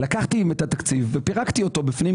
לקחתי את התקציב ופירקתי אותו בפנים,